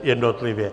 Jednotlivě.